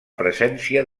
presència